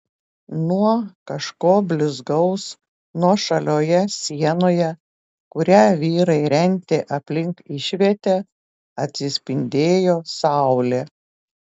nuo kažko blizgaus nuošalioje sienoje kurią vyrai rentė aplink išvietę atsispindėjo saulė